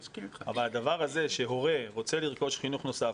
אבל הדבר הזה שהורה רוצה לרכוש חינוך נוסף,